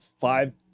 five